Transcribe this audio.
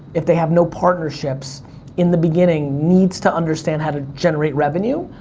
if they have no partnerships in the beginning, needs to understand how to generate revenue.